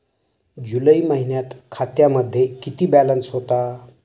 जुलै महिन्यात खात्यामध्ये किती बॅलन्स होता?